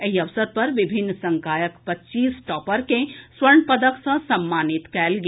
एहि अवसर पर विभिन्न संकायक पच्चीस टॉपर केँ स्वर्ण पदक सँ सम्मानित कयल गेल